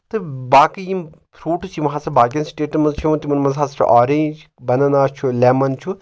تہٕ باقٕے یِم فروٗٹٕس یِم ہَسا باقین سِٹیٹَن منٛز چھِ یِوان تِمَن منٛز ہسا چھُ آرینٛج بیٚننا چھُ لیمَن چھُ